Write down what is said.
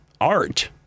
art